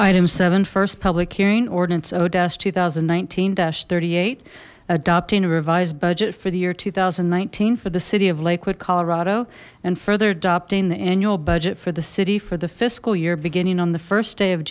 item seven first public hearing ordinance oh two thousand and nineteen thirty eight adopting a revised budget for the year two thousand and nineteen for the city of lakewood colorado and further adopting the annual budget for the city for the fiscal year beginning on the first day of